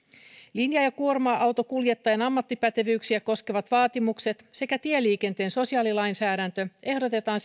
linja ja kuorma autonkuljettajan ammattipätevyyksiä koskevat vaatimukset sekä tieliikenteen sosiaalilainsäädäntö ehdotetaan